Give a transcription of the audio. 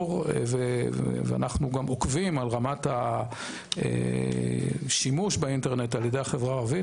אנחנו עוקבים אחר רמת השימוש באינטרנט על ידי החברה הערבית.